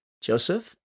Joseph